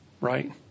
right